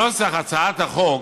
נוסח הצעת החוק